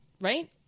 Right